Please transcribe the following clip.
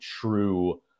true